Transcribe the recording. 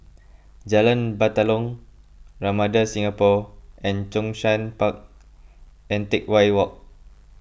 Jalan Batalong Ramada Singapore and Zhongshan Park and Teck Whye Walk